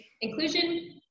inclusion